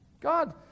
God